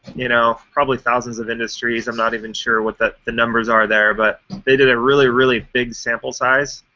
you know probably, thousands of industries. i'm not even sure what the the numbers are there. but they did a really, really big sample size,